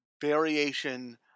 variation